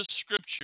scripture